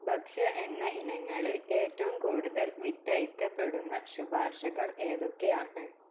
ഭക്ഷ്യ എണ്ണ ഇനങ്ങളിൽ ഏറ്റവും കൂടുതൽ വിറ്റഴിക്കപ്പെടുന്ന ശുപാർശകൾ ഏതൊക്കെയാണ്